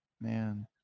man